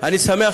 אני לא